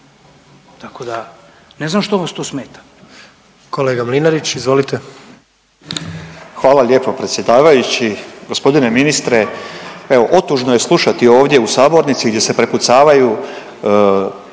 Kolega Mlinarić, izvolite. **Mlinarić, Stipo (DP)** Hvala lijepo predsjedavajući. Gospodine ministre, evo otužno je slušati ovdje u sabornici gdje se prepucavaju